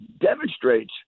demonstrates